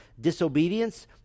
disobedience